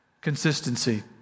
Consistency